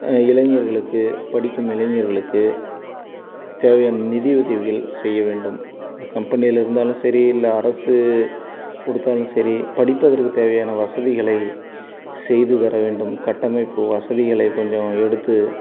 இளைஞர்களுக்கு படிக்கும் இளைஞர்களுக்கு தேவையான நிதி உதவிகள் செய்ய வேண்டும் கம்பெனியில் இருந்தாலும் சரி இல்லை அரசு கொடுத்தாலும் சரி படிப்பதற்கு தேவையான வசதிகளை செய்து தரவேண்டும் கட்டமைப்பு வசதிகளை கொஞ்சம் எடுத்து